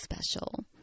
special